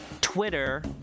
Twitter